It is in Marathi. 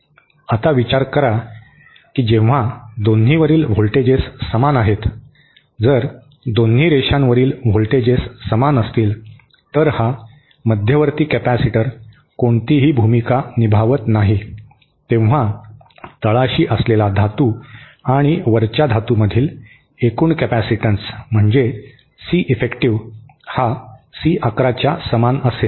आता विचार करा की जेव्हा दोन्हीवरील व्होल्टेजेस समान आहेत जर दोन्ही रेषांवरील व्होल्टेजेस समान असतील तर हा मध्यवर्ती कॅपेसिटर कोणतीही भूमिका निभावत नाही तेव्हा तळाशी असलेला धातू आणि वरच्या धातूमधील एकूण कॅपेसिटन्स म्हणजे सी इफेक्टिव्ह हा सी 11 च्या समान असेल